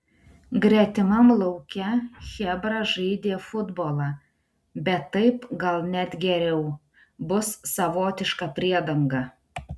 gretimam lauke chebra žaidė futbolą bet taip gal net geriau bus savotiška priedanga